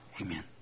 Amen